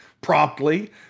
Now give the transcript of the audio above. promptly